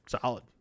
Solid